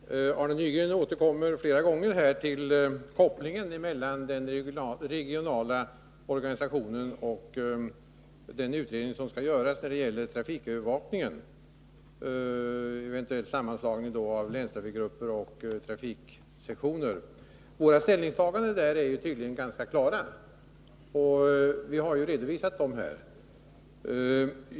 Herr talman! Arne Nygren återkommer flera gånger till kopplingen mellan den regionala organisationen och den utredning som när det gäller trafikövervakningen skall göras om en eventuell sammanslagning av länstrafikgrupper och trafiksektioner. Våra ställningstaganden i dessa frågor är klara, och vi har redovisat dem här.